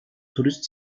turist